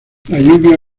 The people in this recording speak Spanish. lluvia